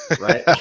Right